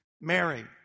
Mary